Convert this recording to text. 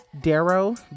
darrow